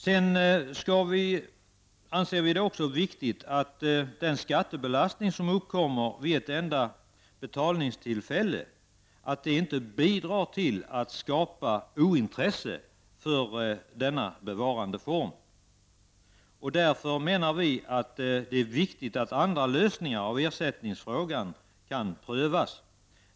Vi moderater anser också att det är viktigt att den skattebelastning som uppkommer vid ett enda betalningstillfälle inte bidrar till att skapa ointresse för denna bevarandeform. Därför menar vi att det är viktigt att andra lösningar av ersättningsfrågan kan prövas.